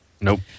Nope